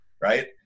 right